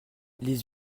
les